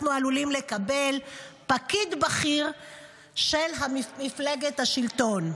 אנחנו עלולים לקבל פקיד בכיר של מפלגת השלטון.